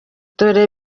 dore